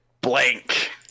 blank